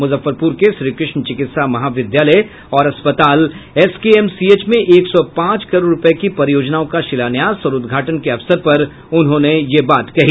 मुजफ्फरपुर के श्रीकृष्ण चिकित्सा महाविद्यालय और अस्पताल एसकेएमसीएच में एक सौ पांच करोड़ रुपये की परियोजनाओं का शिलान्यास और उद्घाटन के अवसर पर उन्होंने ये बात कहीं